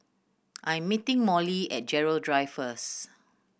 I am meeting Mollie at Gerald Drive first